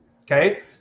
Okay